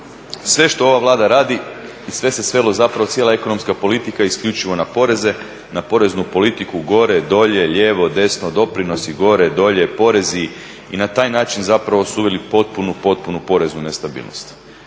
Sve što ova Vlada radi, sve se svelo zapravo, cijela ekonomska politika isključivo na poreze, na poreznu politiku gore, dolje, lijevo, desno, doprinosi gore, dolje, porezi i na taj način zapravo su uveli potpunu, potpunu poreznu nestabilnost.